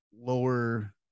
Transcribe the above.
lower